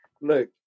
look